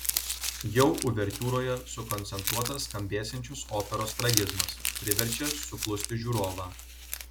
jau uvertiūroje sukoncentruotas skambėsiančios operos tragizmas priverčia suklusti žiūrovą